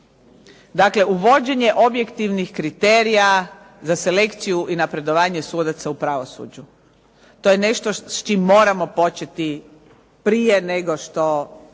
Dakle, uvođenje objektivnih kriterija za selekciju i napredovanje sudaca u pravosuđu. To je nešto s čim moramo početi prije nego što